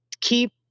keep